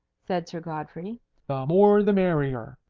said sir godfrey. the more the merrier.